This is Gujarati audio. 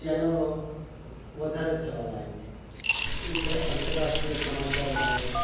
ચેનલો વધારે થવા લાગી એટલે આંતરરાષ્ટ્રીય સમાચાર હોય